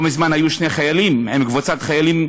לא מזמן היו שני חיילים, עם קבוצת חיילים,